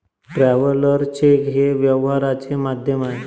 traveller cheque हे व्यवहाराचे माध्यम आहे